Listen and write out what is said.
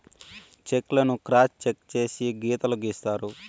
check లను cross cheque చేసి గీతలు గీత్తారు